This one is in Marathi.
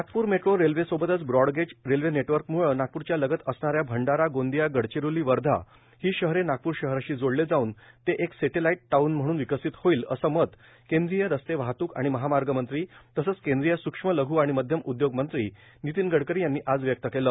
नागपूर मेट्टो रेल्वे सोबतच ब्रॉंड गेज रेल्वे नेटवर्कमुळे नागपूरच्या लगत असणा या भंडारा गोंदिया गडचिरोली वर्घा ही शहरे नागपूर शहराशी जोडले जाऊन ते एक सॅटलाईट टाऊन म्हणून विकसित होईल असे मत केंद्रीय रस्ते वाहतूक महामार्ग मंत्री आणि केंद्रीय सुक्ष्म लघू आणि मध्यम उद्योगमंत्री नितीन गडकरी यांनी आज व्यक्त केले